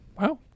Wow